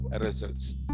results